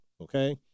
Okay